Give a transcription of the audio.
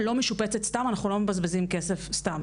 דירה שלא משופצת סתם אנחנו לא מבזבזים כסף סתם.